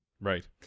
Right